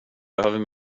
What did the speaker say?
behöver